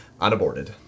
Unaborted